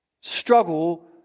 struggle